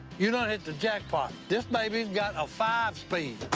you done hit the jackpot. this baby's got a five-speed.